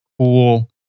cool